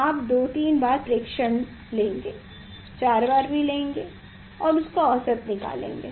आप 2 3 बार प्रेक्षण 4 बार प्रेक्षण लेंगें और उसका औसत लेगें